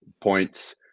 points